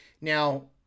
Now